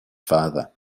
father